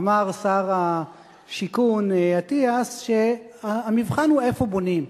אמר שר השיכון אטיאס שהמבחן הוא איפה בונים.